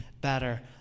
better